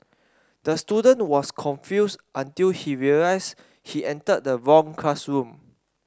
the student was confused until he realised he entered the wrong classroom